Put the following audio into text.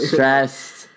Stressed